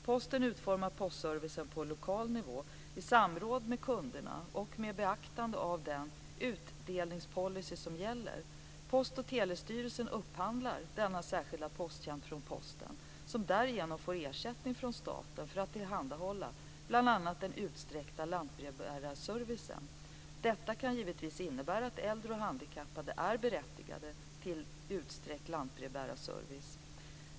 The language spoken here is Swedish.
Posten utformar postservicen på lokal nivå i samråd med kunderna och med beaktande av den etablerade utdelningspolicy som gäller. Post och telestyrelsen upphandlar den särskilda posttjänsten från Posten som därigenom får ersättning från staten för att tillhandahålla bl.a. den utsträckta lantbrevbärarservicen. Detta kan innebära att äldre och handikappade är berättigade till utsträckt lantbrevbärarservice.